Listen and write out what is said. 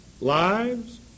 lives